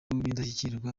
b’indashyikirwa